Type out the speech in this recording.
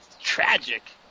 tragic